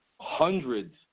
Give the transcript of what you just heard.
hundreds